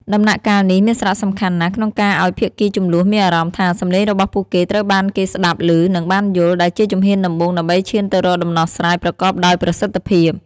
ដំណាក់កាលនេះមានសារៈសំខាន់ណាស់ក្នុងការឲ្យភាគីជម្លោះមានអារម្មណ៍ថា សំឡេងរបស់ពួកគេត្រូវបានគេស្តាប់ឮ និងបានយល់ ដែលជាជំហានដំបូងដើម្បីឈានទៅរកដំណោះស្រាយប្រកបដោយប្រសិទ្ធភាព។